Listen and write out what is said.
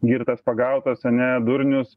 girtas pagautas ane durnius